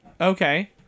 Okay